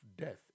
death